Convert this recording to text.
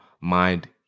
mind